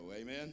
amen